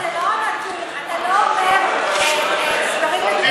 לא, זה לא הנתון, אתה לא אומר הסברים מדויקים.